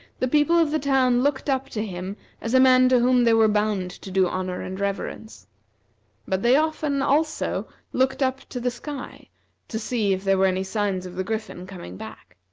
the people of the town looked up to him as a man to whom they were bound to do honor and reverence but they often, also, looked up to the sky to see if there were any signs of the griffin coming back.